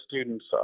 students